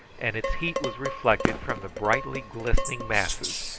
and its heat was reflected from the brightly glistening masses,